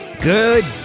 Good